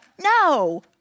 No